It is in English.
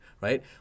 right